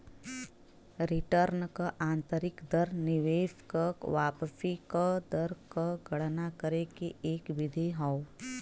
return क आंतरिक दर निवेश क वापसी क दर क गणना करे के एक विधि हौ